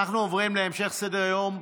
אנחנו עוברים להמשך סדר-היום,